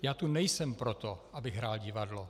Já tu nejsem proto, abych hrál divadlo!